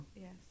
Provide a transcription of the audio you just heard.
Yes